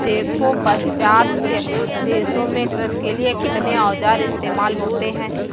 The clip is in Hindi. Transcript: देखो पाश्चात्य देशों में कृषि के लिए कितने औजार इस्तेमाल होते हैं